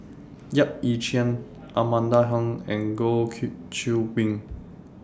Yap Ee Chian Amanda Heng and Goh Qiu Bin